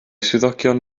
swyddogion